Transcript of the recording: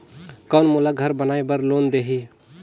कौन मोला घर बनाय बार लोन देही?